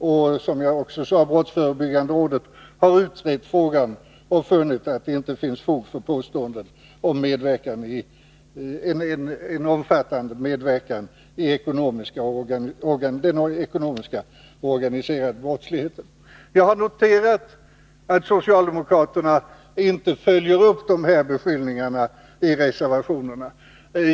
Brottsförebyggande rådet har, som jag också nämnde, utrett frågan och funnit att det inte finns fog för påståendet om en omfattande medverkan i den organiserade ekonomiska brottsligheten. Jag har noterat att socialdemokraterna inte följer upp de här beskyllningarna i reservationerna.